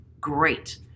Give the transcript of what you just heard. great